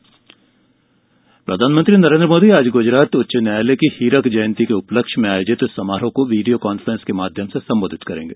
प्रधानमंत्री हीरक जयंती प्रधानमंत्री नरेन्द्र मोदी आज गुजरात उच्च न्यायालय की हीरक जयंती के उपलक्ष्य में आयोजित समारोह को वीडियो कांफ्रेंस के माध्यम से संबोधित करेंगे